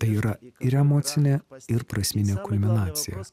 tai yra ir emocinė ir prasminė kulminacija